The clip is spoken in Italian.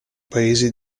paesi